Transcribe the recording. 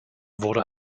wurde